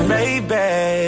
Baby